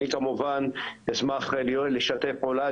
אני כמובן אשמח לשתף פעולה,